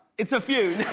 it's a few.